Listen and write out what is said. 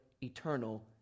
eternal